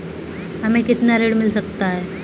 हमें कितना ऋण मिल सकता है?